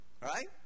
Right